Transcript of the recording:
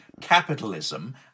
capitalism